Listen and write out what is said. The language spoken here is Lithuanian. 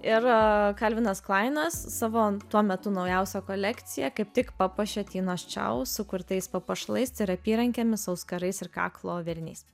ir kalvinas klainas savo tuo metu naujausią kolekciją kaip tik papuošė tinos čiau sukurtais papuošalais ir apyrankėmis auskarais ir kaklo vėriniais